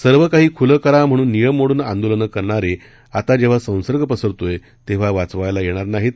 सर्व काही खुलं करा म्हणून नियम मोडून आंदोलनं करणार क्रिाता जस्त्री संसर्ग पसरतोय तक्वि वाचवायला यक्तिर नाहीत